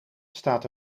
staat